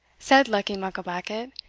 said luckie mucklebackit,